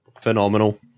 phenomenal